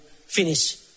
finish